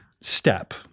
step